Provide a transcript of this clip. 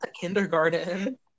kindergarten